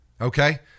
Okay